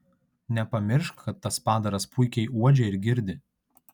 nepamiršk kad tas padaras puikiai uodžia ir girdi